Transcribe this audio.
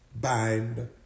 bind